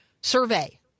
survey